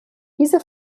diese